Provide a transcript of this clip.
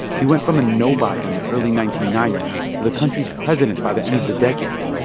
he went from a nobody in the early nineteen ninety s to the country's president by the end of the decade.